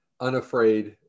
unafraid